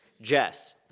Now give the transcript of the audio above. Jess